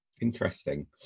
Interesting